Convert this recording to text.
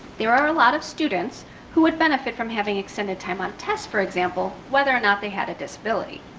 there are a lot of students who would benefit from having extended time on tests, for example, whether or not they had a disability.